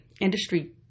industry